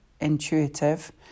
Intuitive